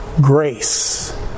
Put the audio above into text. grace